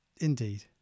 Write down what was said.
Indeed